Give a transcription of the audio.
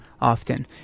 often